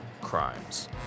Crimes